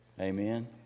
Amen